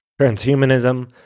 transhumanism